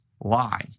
lie